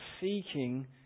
seeking